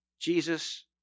Jesus